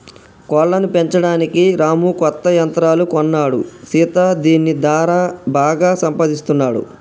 కోళ్లను పెంచడానికి రాము కొత్త యంత్రాలు కొన్నాడు సీత దీని దారా బాగా సంపాదిస్తున్నాడు